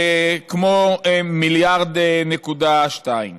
כ-1.2 מיליארד שקל.